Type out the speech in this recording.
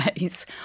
ways